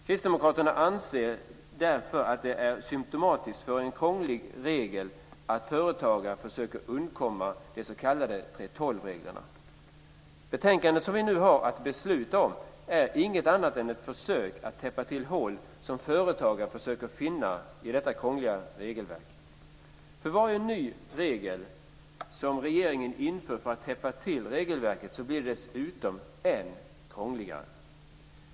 Kristdemokraterna anser att det är symtomatiskt för ett krångligt regelverk att företagare försöker undkomma de s.k. 3:12-reglerna. Betänkandet som vi nu har att besluta om är inget annat än ett försök att täppa till hål som företagare försöker finna i detta krångliga regelverk. För varje ny regel som regeringen inför för att täppa till regelverket blir det dessutom än krångligare.